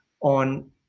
on